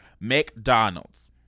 McDonald's